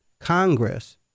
Congress